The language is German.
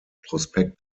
prospekt